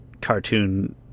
cartoon